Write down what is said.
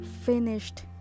finished